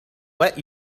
let